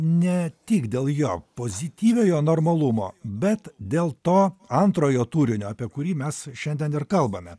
ne tik dėl jo pozityviojo normalumo bet dėl to antrojo turinio apie kurį mes šiandien ir kalbame